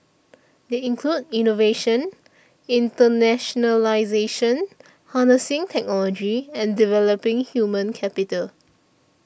they include innovation internationalisation harnessing technology and developing human capital